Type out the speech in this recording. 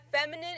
feminine